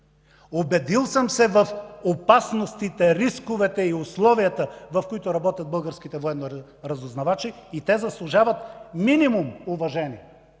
Убедил съм се в опасностите, рисковете и условията, в които работят българските военни разузнавачи и те заслужават минимум уважение.